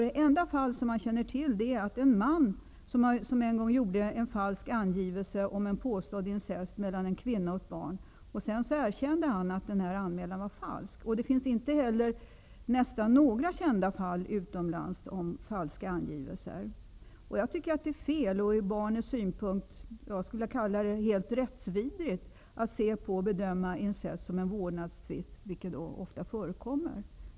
Det enda fall som man känner till gäller en man som en gång gjorde en falsk angivelse om en påstådd incest mellan en kvinna och ett barn. Han erkände sedan att denna anklagelse var falsk. I utlandet finns knappast heller några kända fall av falska angivelser. Jag tycker att det är fel, och jag skulle vilja kalla det ur barnets synpunkt helt rättsvidrigt att bedöma incest som en vårdnadstvist, vilket ofta förekommer.